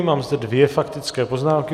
Mám zde dvě faktické poznámky.